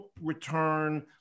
return